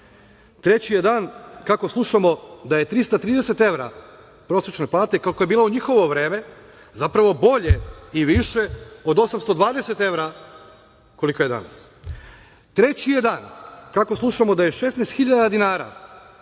crno. Treći je dan kako slušamo da je 330 evra prosečne plate, kolika je bila u njihovo vreme, zapravo bolje i više od 820 evra, kolika je danas. Treći je dan kako slušamo da je 16 hiljada